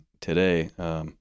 today